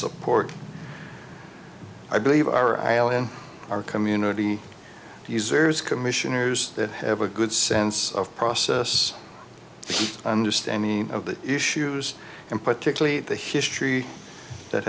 support i believe are i all in our community service commissioners that have a good sense of process understanding of the issues and particularly the history that